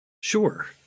Sure